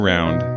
Round